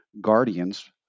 guardians